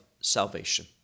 salvation